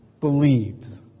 believes